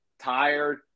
tired